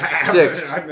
Six